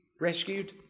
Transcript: rescued